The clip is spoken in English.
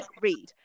read